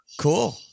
Cool